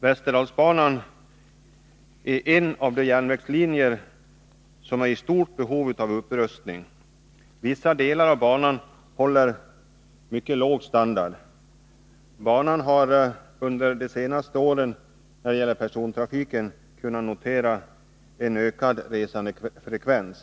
Västerdalsbanan är en av de järnvägslinjer som är i stort behov av upprustning. Vissa delar av banan håller mycket låg standard. När det gäller persontrafiken har banan under de senaste åren kunnat notera en ökad resandefrekvens.